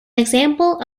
example